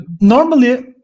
Normally